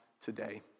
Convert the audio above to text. today